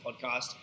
podcast